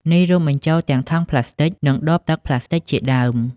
នេះរួមបញ្ចូលទាំងថង់ប្លាស្ទិក និងដបទឹកប្លាស្ទិកជាដើម។